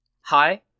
Hi